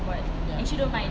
ya